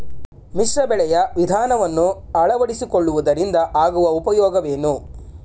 ಮಿಶ್ರ ಬೆಳೆಯ ವಿಧಾನವನ್ನು ಆಳವಡಿಸಿಕೊಳ್ಳುವುದರಿಂದ ಆಗುವ ಉಪಯೋಗವೇನು?